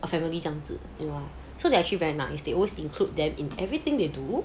a family 这样子对吗 so they actually very nice they always include them in everything they do